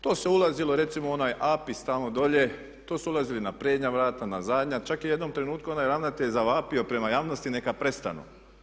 To se ulazilo recimo u onaj APIS tamo dolje to su ulazili na prednja vrata, na zadnja čak je u jednom trenutku onaj ravnatelj zavapio prema javnosti neka prestanu.